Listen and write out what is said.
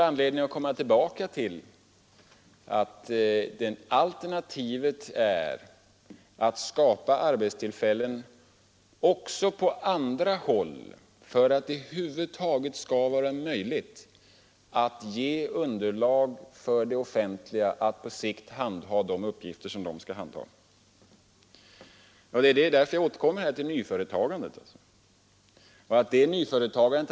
Alternativet är att skapa arbetstillfällen också på andra håll för att det över huvud taget skall vara möjligt att ge underlag för det offentliga att på sikt handha de uppgifter som det skall handha. Därför återkommer jag till frågan om nyföretagandet.